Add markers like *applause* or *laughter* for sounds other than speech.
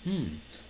*breath* mm *breath*